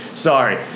Sorry